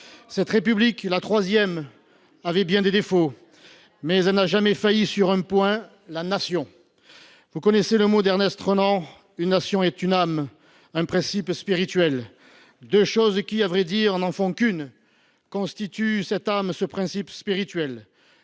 III République. Certes, elle avait bien des défauts, mais elle n’a jamais failli sur un point : la Nation. Vous connaissez les mots d’Ernest Renan :« Une nation est une âme, un principe spirituel. Deux choses qui, à vrai dire, n’en font qu’une, constituent cette âme, ce principe spirituel.